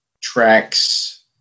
tracks